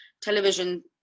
television